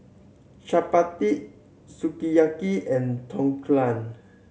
Chapati Sukiyaki and